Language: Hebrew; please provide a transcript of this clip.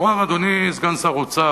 אדוני סגן שר האוצר,